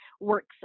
works